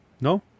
No